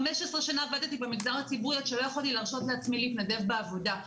15 שנה עבדתי במגזר הציבורי עד שלא יכולתי להרשות לעצמי להתנדב בעבודה.